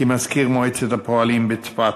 מזכיר מועצת הפועלים בצפת.